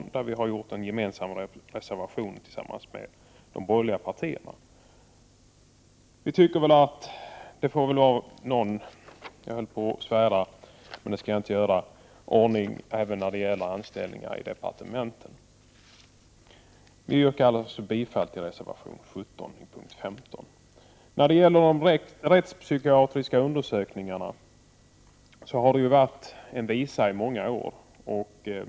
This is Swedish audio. Vi har i det ärendet en med de övriga borgerliga partierna gemensam reservation. Vi tycker att det får vara någon — jag höll på att svära, men det skall jag inte göra — ordning när det gäller anställningar i departementen. De rättspsykiatriska undersökningarna har varit en visa i många år.